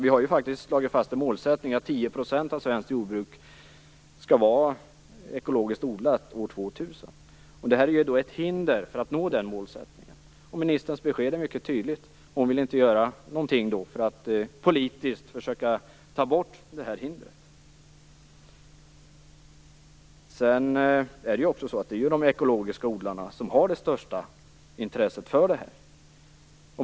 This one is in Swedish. Vi har ju faktiskt slagit fast en målsättning om att 10 % av svenskt jordbruk skall vara ekologiskt odlat år 2000. Detta är ett hinder för att nå den målsättningen. Ministerns besked är mycket tydligt. Hon vill inte göra något för att politiskt försöka ta bort det här hindret. Det är ju de som odlar ekologiskt som har det största intresset för detta.